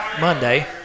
Monday